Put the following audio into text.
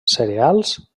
cereals